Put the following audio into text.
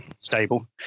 stable